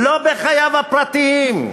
לא בחייו הפרטיים.